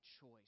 choice